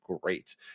great